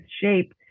shape